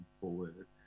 forward